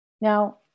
Now